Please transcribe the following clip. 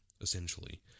essentially